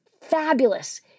fabulous